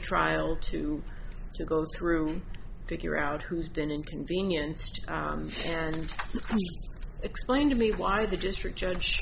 trial to go through figure out who's been inconvenienced and explain to me why the district judge